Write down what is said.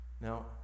Now